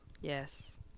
Yes